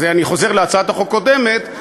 ואני חוזר להצעת החוק הקודמת,